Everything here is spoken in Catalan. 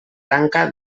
tanca